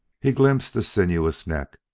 he glimpsed a sinuous neck,